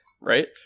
right